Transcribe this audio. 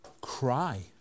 Cry